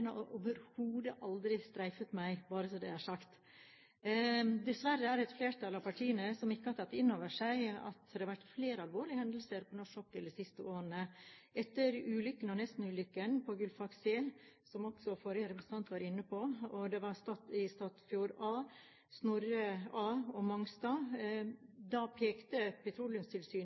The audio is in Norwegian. overhodet aldri streifet meg – bare så det er sagt. Dessverre er det et flertall av partiene som ikke har tatt inn over seg at det har vært flere alvorlige hendelser på norsk sokkel de siste årene. Etter ulykkene og nestenulykken på Gullfaks C – som også forrige representant var inne på – Statfjord A, Snorre A og Mongstad pekte Petroleumstilsynet